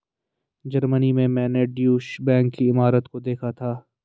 Germany में मैंने Deutsche bank की इमारत को देखा था